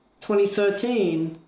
2013